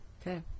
okay